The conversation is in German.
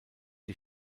die